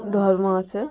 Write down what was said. ধর্ম আছে